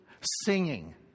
Singing